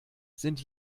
sind